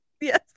yes